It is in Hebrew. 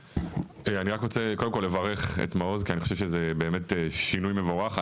אני רק רוצה קודם כל לברך את מעוז כי אני חושב שזה שינוי מבורך,